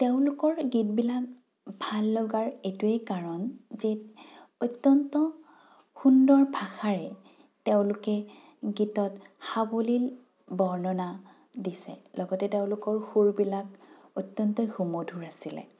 তেওঁলোকৰ গীতবিলাক ভাল লগাৰ এইটোৱেই কাৰণ যে অত্যন্ত সুন্দৰ ভাষাৰে তেওঁলোকে গীতত সাৱলীল বৰ্ণনা দিছে লগতে তেওঁলোকৰ সুৰবিলাক অত্যন্তই সুমধুৰ আছিলে